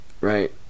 right